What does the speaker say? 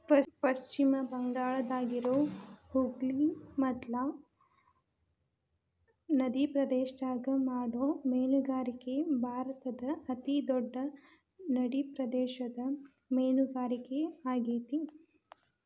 ಪಶ್ಚಿಮ ಬಂಗಾಳದಾಗಿರೋ ಹೂಗ್ಲಿ ಮಟ್ಲಾ ನದಿಪ್ರದೇಶದಾಗ ಮಾಡೋ ಮೇನುಗಾರಿಕೆ ಭಾರತದ ಅತಿ ದೊಡ್ಡ ನಡಿಪ್ರದೇಶದ ಮೇನುಗಾರಿಕೆ ಆಗೇತಿ